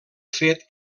fet